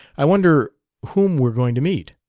i wonder whom we're going to meet.